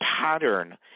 pattern